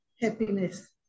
happiness